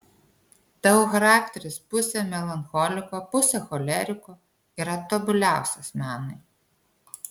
tavo charakteris pusė melancholiko pusė choleriko yra tobuliausias menui